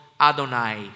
Adonai